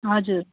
हजुर